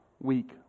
week